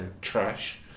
trash